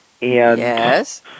Yes